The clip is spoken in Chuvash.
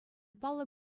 паллӑ